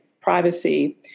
privacy